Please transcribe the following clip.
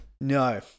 No